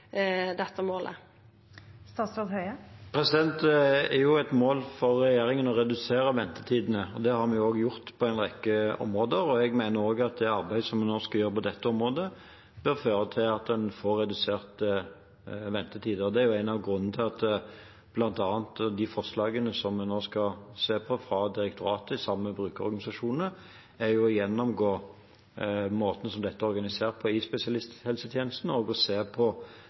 dette målet. Det er jo et mål for regjeringen å redusere ventetidene, og det har vi også gjort på en rekke områder. Jeg mener også at det arbeidet vi nå skal gjøre på dette området, bør føre til at en får reduserte ventetider. Det er en av grunnene til at bl.a. de forslagene vi nå skal se på, fra direktoratet, sammen med brukerorganisasjonene, er å gjennomgå måten dette er organisert på i spesialisthelsetjenesten, og å se på